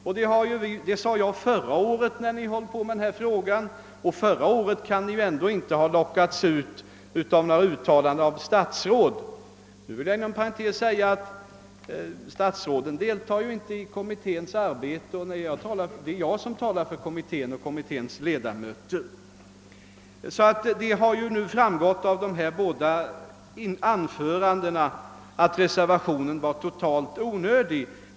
Jag sade detta redan förra året när vi tog upp frågan, och då kunde ni ju inte ha lockats ut av några statsrådsuttalanden. Nu vill jag inom parentes säga, att statsråden ju inte deltar i kommittens arbete; det är jag som talar för kommittén. Det har av både herr Andersons i Sundsvall och herr Gustafssons i Skellefteå anföranden framgått, att reservationen var totalt onödig.